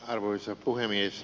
arvoisa puhemies